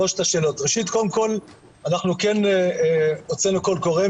ראשית קודם כל אנחנו כן הוצאנו קול קורא,